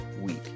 week